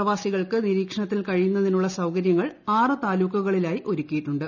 പ്രിപ്പാ്സികൾക്ക് നിരീക്ഷണത്തിൽ കഴിയുന്നതിനുള്ള സൌകൃത്യ്ങൾ ആറു താലൂക്കുകളിലായി ഒരുക്കിയിട്ടുണ്ട്